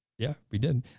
yeah, we did,